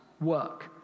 work